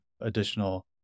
additional